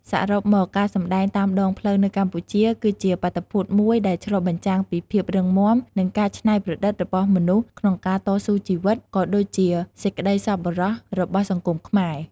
សរុបមក ការសម្ដែងតាមដងផ្លូវនៅកម្ពុជា គឺជាបាតុភូតមួយដែលឆ្លុះបញ្ចាំងពីភាពរឹងមាំ និងការច្នៃប្រឌិតរបស់មនុស្សក្នុងការតស៊ូជីវិត ក៏ដូចជាសេចក្តីសប្បុរសរបស់សង្គមខ្មែរ។